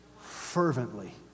fervently